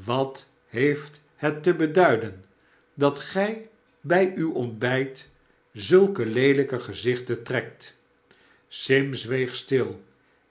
swat heeft het te beduiden dat gij bij uw ontbijt zulke leelijke gezichten trekt sim zweeg stil